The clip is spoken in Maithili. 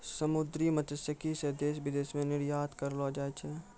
समुन्द्री मत्स्यिकी से देश विदेश मे निरयात करलो जाय छै